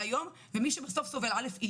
אני בת משפחה למתמודד עם קשיים נפשיים,